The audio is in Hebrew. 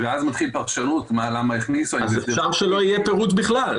ואז מתחילה פרשנות למה הכניסו --- אז אפשר שלא יהיה פירוט בכלל,